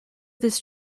this